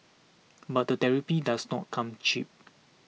but the therapy does not come cheap